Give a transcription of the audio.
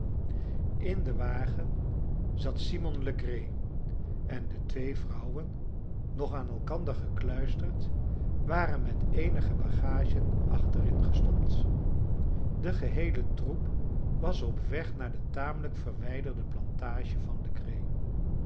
in den wagen zat simon legree en de twee vrouwen nog aan elkander gekluisterd waren met eenige bagage achterin gestopt de geheele troep was op weg naar de tamelijk verwijderde plantage van